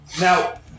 Now